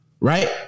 Right